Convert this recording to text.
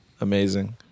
amazing